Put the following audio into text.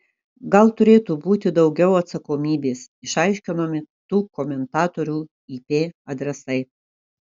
gal turėtų būti daugiau atsakomybės išaiškinami tų komentatorių ip adresai